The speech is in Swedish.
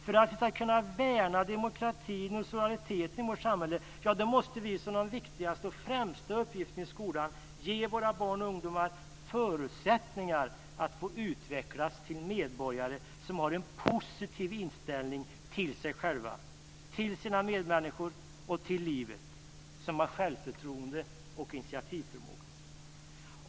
För att vi ska kunna värna demokratin och solidariteten i vårt samhälle måste vi som den viktigaste och främsta uppgiften i skolan ge våra barn och ungdomar förutsättningar att få utvecklas till medborgare som har en positiv inställning till sig själva, till sina medmänniskor och till livet och som har självförtroende och initiativförmåga.